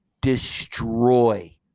destroy